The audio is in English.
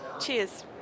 Cheers